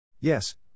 Yes